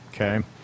okay